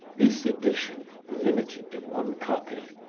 this edition, limited to one copy,